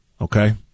Okay